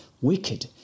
Wicked